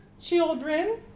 children